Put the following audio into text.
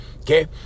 Okay